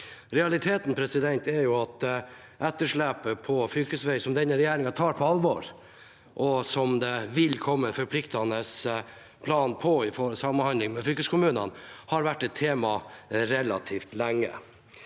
Realiteten er at etterslepet på fylkesveiene, som denne regjeringen tar på alvor, og som det vil komme en forpliktende plan for – i samhandling med fylkeskommunene – har vært et tema relativt lenge.